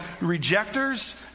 rejectors